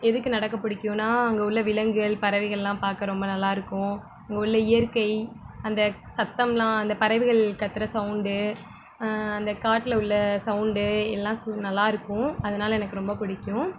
எதுக்கு நடக்க பிடிக்குன்னா அங்கே உள்ள விலங்குகள் பறவைகள்லாம் பார்க்க ரொம்ப நல்லாயிருக்கும் அங்கே உள்ள இயற்கை அந்த சத்தம்லாம் அந்த பறவைகள் கத்துகிற சவுண்டு அந்த காட்டில் உள்ள சவுண்டு எல்லாம் நல்லாயிருக்கும் அதனால எனக்கு ரொம்ப பிடிக்கும்